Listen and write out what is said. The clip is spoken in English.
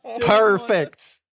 Perfect